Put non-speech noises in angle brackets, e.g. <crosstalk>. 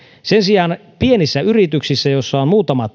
sen sijaan pienissä yrityksissä joissa on muutama <unintelligible>